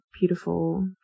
beautiful